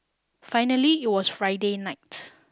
finally it was Friday night